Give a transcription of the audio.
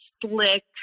slick